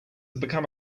become